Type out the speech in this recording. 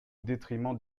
détriment